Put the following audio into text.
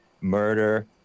murder